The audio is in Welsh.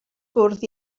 fwrdd